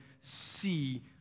see